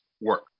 work